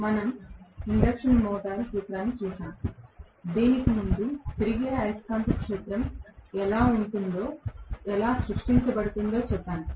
మనం induction motor సూత్రాన్ని చూశాము దీనికి ముందు తిరిగే అయస్కాంత క్షేత్రం అంటే ఎలా సృష్టించబడుతుందో చెప్పాము